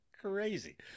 crazy